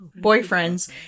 boyfriends